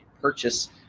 purchase